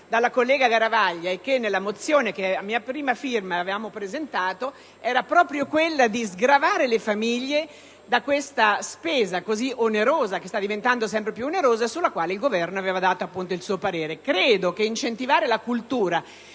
dalla collega Garavaglia, e che nella mozione a mia prima firma avevamo presentato, era proprio quella di sgravare le famiglie da questa spesa che sta diventando sempre più onerosa, finalità sulla quale il Governo aveva dato il suo parere. Credo che incentivare la cultura